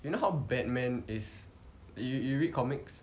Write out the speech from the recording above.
you know how batman is you you read comics